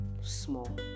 small